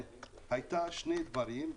היו שני דברים.